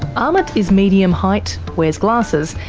amit is medium height, wears glasses,